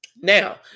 Now